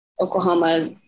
Oklahoma